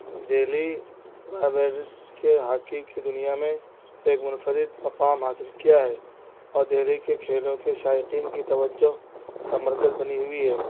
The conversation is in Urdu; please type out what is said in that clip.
دہلی وورس کے ہاکی کی دنیا میں ایک منفرد مقام حاصل کیا ہے اور دہلی کے کھیلوں کے شائقین کی توجہ کا مرکز بنی ہوئی ہے